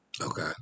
Okay